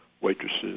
waitresses